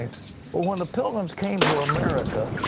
when the pilgrims came to america,